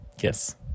Yes